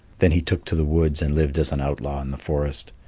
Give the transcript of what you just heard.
then he took to the woods, and lived as an outlaw in the forest.